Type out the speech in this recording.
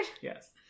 Yes